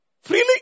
Freely